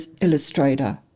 illustrator